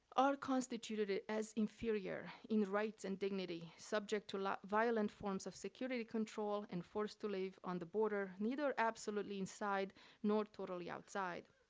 are constituted as inferior in rights and dignity, subject to violent forms of security control and forced to live on the border, neither absolutely inside nor totally outside.